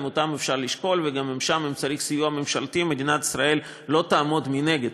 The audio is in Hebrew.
וגם אותם אפשר לשקול ואם צריך סיוע ממשלתי מדינת ישראל לא תעמוד מנגד,